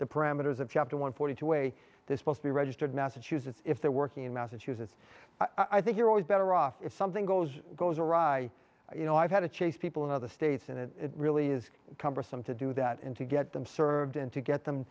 the parameters of chapter one forty two way this must be registered massachusetts if they're working in massachusetts i think you're always better off if something goes goes awry you know i've had to chase people in other states and it really is cumbersome to do that in to get them served and to get them